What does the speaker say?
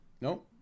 No